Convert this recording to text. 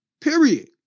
Period